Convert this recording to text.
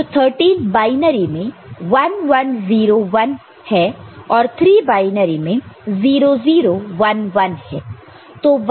तो 13 बायनरी में 1 1 0 1 है और 3 बायनरी में 0 0 1 1 है